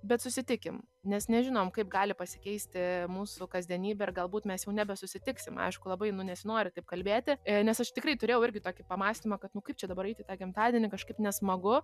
bet susitikim nes nežinom kaip gali pasikeisti mūsų kasdienybė ir galbūt mes jau nebesusitiksim aišku labai nu nesinori taip kalbėti nes aš tikrai turėjau irgi tokį pamąstymą kad nu kaip čia dabar eit į tą gimtadienį kažkaip nesmagu